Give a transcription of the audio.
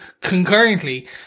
concurrently